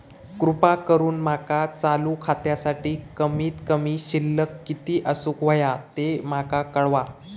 कृपा करून माका चालू खात्यासाठी कमित कमी शिल्लक किती असूक होया ते माका कळवा